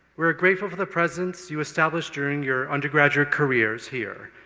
we are grateful for the presence you established during your undergraduate careers here,